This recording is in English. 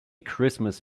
christmas